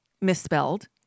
misspelled